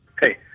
Hey